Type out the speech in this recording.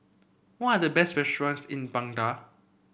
what are the best restaurants in Baghdad